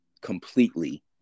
completely